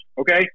okay